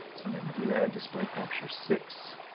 so i'm gonna view that display capture six,